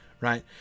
right